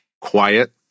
quiet